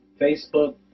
Facebook